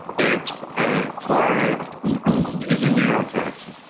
that fluoride is a neurotoxin.